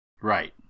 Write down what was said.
Right